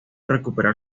recuperar